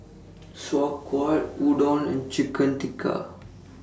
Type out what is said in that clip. Sauerkraut Udon and Chicken Tikka